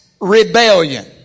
Rebellion